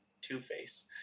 Two-Face